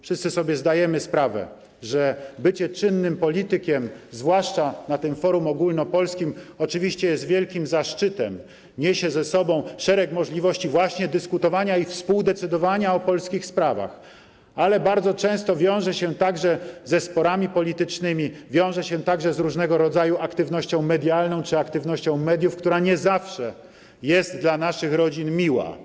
Wszyscy sobie zdajemy sprawę, że bycie czynnym politykiem, zwłaszcza na forum ogólnopolskim, oczywiście jest wielkim zaszczytem, niesie ze sobą szereg możliwości właśnie dyskutowania i współdecydowania o polskich sprawach, ale bardzo często wiążę się także ze sporami politycznymi, wiążę się także z różnego rodzaju aktywnością medialną czy aktywnością mediów, która nie zawsze jest dla naszych rodzin miła.